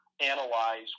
analyze